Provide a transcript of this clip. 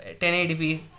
1080p